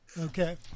okay